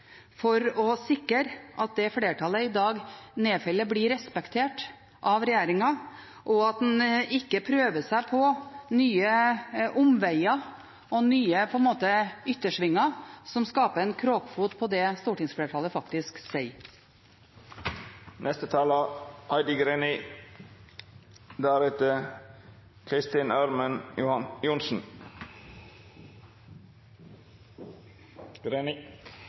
for å sikre at det flertallet i dag nedfeller, blir respektert av regjeringen, og at en ikke prøver seg på nye omveger og nye yttersvinger som setter krokfot på det stortingsflertallet faktisk sier.